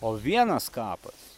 o vienas kapas